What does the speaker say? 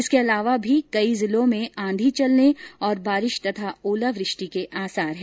इसके अलावा भी कई जिलों में आधी चलने और बारिश तथा ओलावृष्टि के आसार हैं